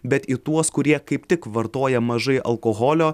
bet į tuos kurie kaip tik vartoja mažai alkoholio